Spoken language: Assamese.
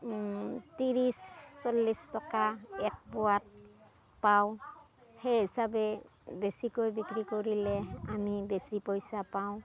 ত্ৰিশ চল্লিছ টকা এক পোৱাত পাওঁ সেই হিচাপে বেছিকৈ বিক্ৰী কৰিলে আমি বেছি পইচা পাওঁ